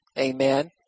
Amen